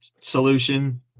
solution